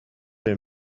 they